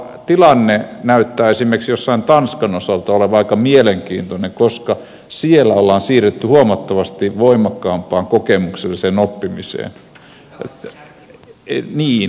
tilanne näyttää esimerkiksi tanskan osalta olevan aika mielenkiintoinen koska siellä on siirrytty huomattavasti voimakkaampaan kokemukselliseen oppimiseen